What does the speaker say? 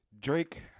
Drake